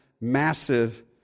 massive